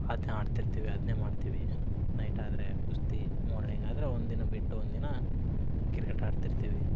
ಅದನ್ನೇ ಆಡ್ತಿರ್ತೀವಿ ಅದನ್ನೇ ಮಾಡ್ತೀವಿ ನೈಟ್ ಆದರೆ ಕುಸ್ತಿ ಮಾರ್ನಿಂಗ್ ಆದರೆ ಒಂದು ದಿನ ಬಿಟ್ಟು ಒಂದು ದಿನ ಕ್ರಿಕೆಟ್ ಆಡ್ತಿರ್ತೀವಿ